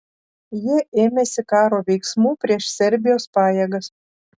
jie ėmėsi karo veiksmų prieš serbijos pajėgas